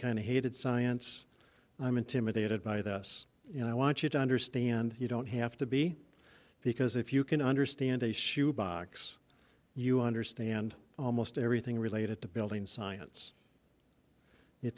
kind of hated science i'm intimidated by this you know i want you to understand you don't have to be because if you can understand a shoe box you understand almost everything related to building science